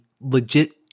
legit